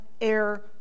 air